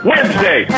Wednesday